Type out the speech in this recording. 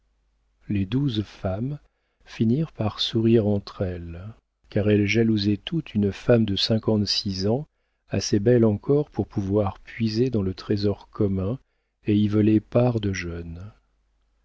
les douze femmes finirent par sourire entre elles car elles jalousaient toutes une femme de cinquante-six ans assez belle encore pour pouvoir puiser dans le trésor commun et y voler part de jeune